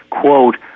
Quote